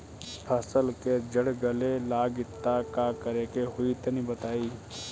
फसल के जड़ गले लागि त का करेके होई तनि बताई?